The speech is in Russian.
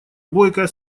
бойкая